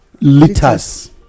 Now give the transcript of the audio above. liters